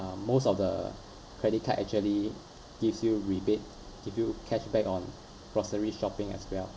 uh most of the credit card actually gives you rebate give you cash back on grocery shopping as well